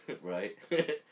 right